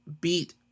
beat